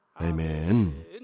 Amen